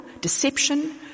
deception